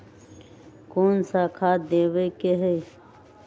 कोन सा खाद देवे के हई?